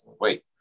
Wait